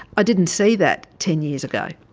i didn't see that ten years ago.